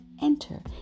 enter